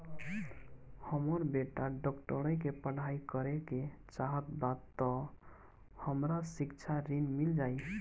हमर बेटा डाक्टरी के पढ़ाई करेके चाहत बा त हमरा शिक्षा ऋण मिल जाई?